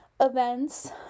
events